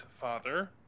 father